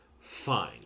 Fine